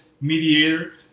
mediator